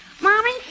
Mommy